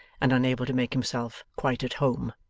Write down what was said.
and unable to make himself quite at home.